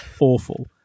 awful